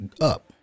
up